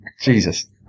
Jesus